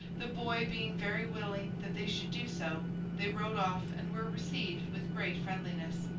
the boy being very willing that they should do so, they rode off and were received with great friendliness,